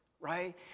right